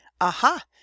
Aha